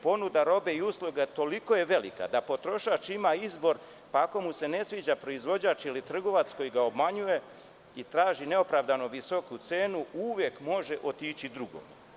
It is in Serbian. Ponuda robe i usluge je toliko velika da potrošač ima izbor pa ako mu se ne sviđa proizvođač ili trgovac koji ga obmanjuje i traži neopravdano visoku cenu uvek može otići drugome.